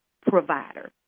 provider